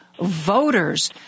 voters